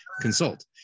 consult